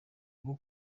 rwo